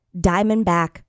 diamondback